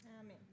Amen